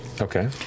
Okay